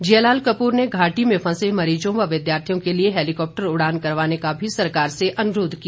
जियालाल कपूर ने घाटी में फंसे मरीजों व विद्यार्थियों के लिए हैलीकॉप्टर उड़ान करवाने का भी सरकार से अनुरोध किया